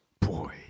boy